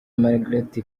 margaret